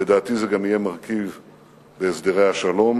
לדעתי זה גם יהיה מרכיב בהסדרי השלום.